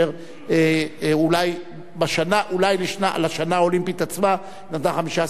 כאשר אולי לשנה האולימפית עצמה נתנה 15 מיליון,